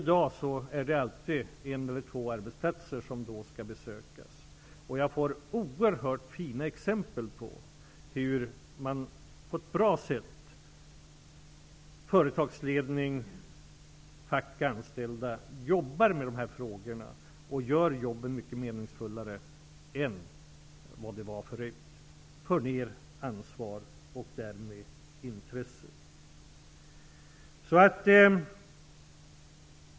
Då är det varje dag en eller två arbetsplatser som skall besökas. Jag ser oerhört fina exempel på hur företagsledning, fack och anställda jobbar med dessa frågor på ett bra sätt. De gör jobben mycket meningsfullare än de var förut. Ansvaret förs ner, och därmed ökar det även intresset.